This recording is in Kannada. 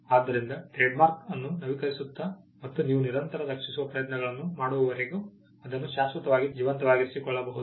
ಆದ್ದರಿಂದ ಟ್ರೇಡ್ಮಾರ್ಕ್ ಅನ್ನು ನವೀಕರಿಸುತ್ತ ಮತ್ತು ನೀವು ನಿರಂತರ ರಕ್ಷಿಸುವ ಪ್ರಯತ್ನಗಳನ್ನು ಮಾಡುವವರೆಗೂ ಅದನ್ನು ಶಾಶ್ವತವಾಗಿ ಜೀವಂತವಾಗಿರಿಸಿಕೊಳ್ಳಬಹುದು